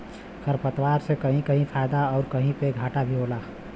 खरपात से कहीं कहीं फायदा आउर कहीं पे घाटा भी होला